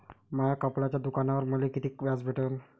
माया कपड्याच्या दुकानावर मले कितीक व्याज भेटन?